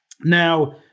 Now